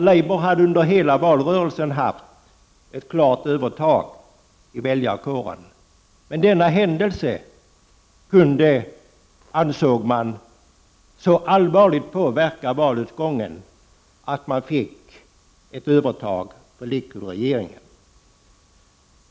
Labour hade under hela valrörelsen haft ett klart övertag bland väljarkåren, men denna händelse kunde, ansåg man, så allvarligt påverka valutgången att Likudregeringen fick ett övertag.